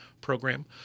program